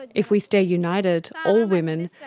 and if we stay united all women,